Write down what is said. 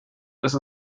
ist